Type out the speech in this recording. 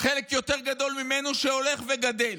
חלק יותר גדול ממנו שהולך וגדל,